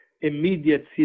immediate